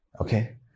okay